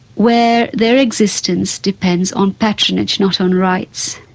where their existence depends on patronage, not on rights,